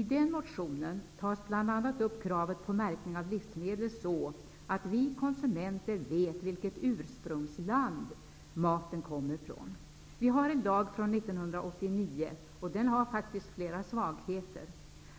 I den motionen tas bl.a. upp kravet på att livsmedel skall vara märkta så att vi konsumenter vet vilket ursprungsland maten kommer från. Vi har en lag från 1989, som faktiskt har flera svagheter.